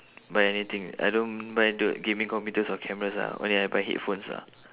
buy anything I don't buy the gaming computers or cameras ah only I buy headphones ah